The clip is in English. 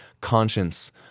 conscience